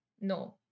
no